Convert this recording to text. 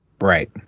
Right